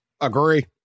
Agree